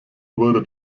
wurde